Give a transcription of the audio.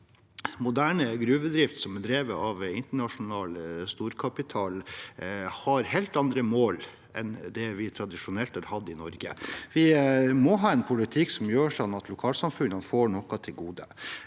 Moderne gruvedrift som er drevet av internasjonal storkapital, har helt andre mål enn det vi tradisjonelt har hatt i Norge. Vi må ha en politikk som gjør at lokalsamfunnene får noe til gode.